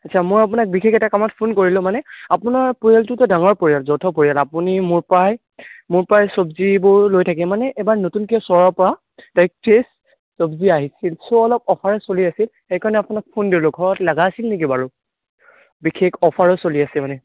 আচ্ছা মই আপোনাক বিশেষ এটা কামত ফোন কৰিলোঁ মানে আপোনাৰ পৰিয়ালটোটো ডাঙৰ পৰিয়াল যৌথ পৰিয়াল আপুনি মোৰ পৰাই মোৰ পৰাই চবজিবোৰ লৈ থাকে মানে এইবাৰ নতুনকৈ চহৰৰ পৰা এক চবজি আহিছিল চ' অলপ অফাৰ চলি আছে সেইকাৰণে আপোনাক ফোন কৰিলোঁ ঘৰত লাগা আছিল নেকি বাৰু বিশেষ অফাৰো চলি আছে মানে